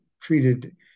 treated